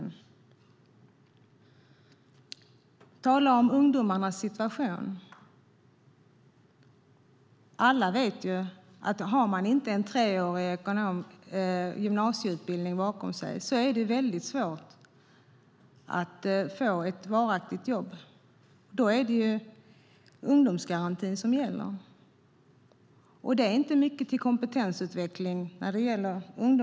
När det gäller ungdomarnas situation vet alla att det är svårt att få ett varaktigt jobb om man inte har en treårig gymnasieutbildning bakom sig. Då är det ungdomsgarantin som gäller, och det är inte mycket till kompetensutveckling.